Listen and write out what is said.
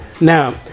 Now